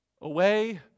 away